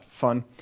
fun